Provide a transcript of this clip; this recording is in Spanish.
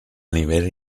nivel